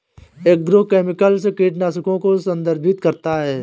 agrochemicals कीटनाशकों को संदर्भित करता है